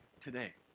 today